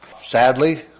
Sadly